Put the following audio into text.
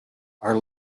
are